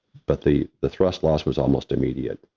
but the the thrust loss was almost immediate.